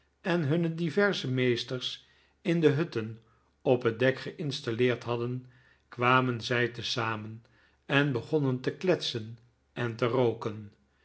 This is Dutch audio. en hun diverse meesters in de hutten of op het dek geinstalleerd hadden kwamen zij te zamen en begonnen te kletsen en te rooken